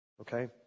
Okay